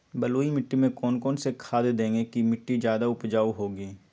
बलुई मिट्टी में कौन कौन से खाद देगें की मिट्टी ज्यादा उपजाऊ होगी?